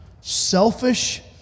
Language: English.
selfish